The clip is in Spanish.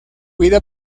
vida